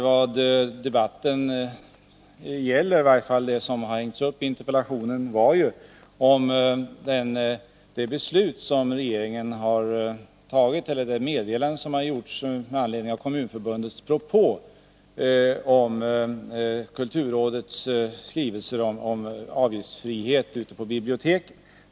Vad debatten gäller — i varje fall det som interpellationen har hängts upp på — är ju meddelandet med anledning av Kommunförbundets propå om kulturrådets skrivelser om avgiftsfrihet vid boklån på biblioteken.